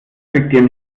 kriegt